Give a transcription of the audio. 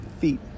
feet